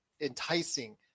enticing